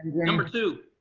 yeah number two.